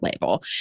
label